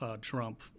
Trump